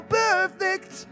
perfect